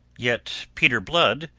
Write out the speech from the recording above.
yet peter blood,